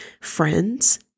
friends